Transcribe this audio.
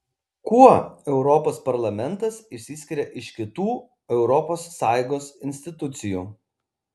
kuo europos parlamentas išsiskiria iš kitų europos sąjungos institucijų